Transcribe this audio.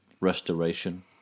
restoration